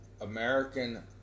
American